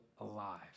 alive